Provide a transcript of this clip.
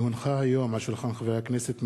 כי הונחה היום על שולחן הכנסת,